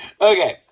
Okay